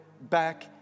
back